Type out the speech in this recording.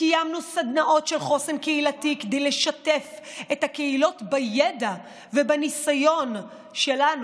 קיימנו סדנאות של חוסן קהילתי כדי לשתף את הקהילות בידע ובניסיון שלנו,